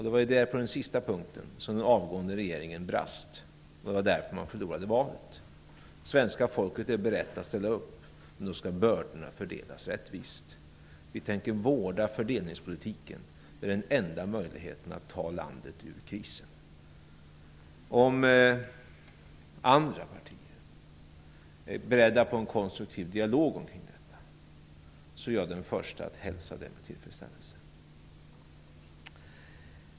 Det var på den sista punkten som den avgående regeringen brast, och det var därför som man förlorade valet. Svenska folket är berett att ställa upp, men då skall bördorna fördelas rättvist. Vi tänker vårda fördelningspolitiken. Det är den enda möjligheten att ta landet ur krisen. Om andra partier är beredda på en konstruktiv dialog omkring detta, är jag den förste att hälsa den med tillfredsställelse.